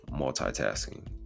multitasking